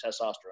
testosterone